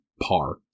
par